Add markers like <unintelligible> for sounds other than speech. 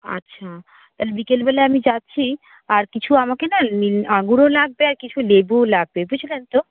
আচ্ছা তাহলে বিকেলবেলায় আমি যাচ্ছি আর কিছু আমাকে না <unintelligible> আঙুরও লাগবে আর কিছু লেবু লাগবে বুঝলেন তো